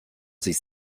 sich